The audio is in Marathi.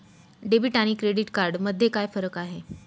डेबिट आणि क्रेडिट कार्ड मध्ये काय फरक आहे?